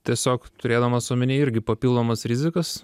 tiesiog turėdamas omeny irgi papildomas rizikas